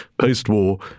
post-war